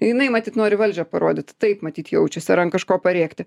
jinai matyt nori valdžią parodyt taip matyt jaučiasi ar ant kažko parėkti